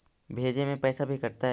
भेजे में पैसा भी कटतै?